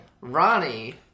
Ronnie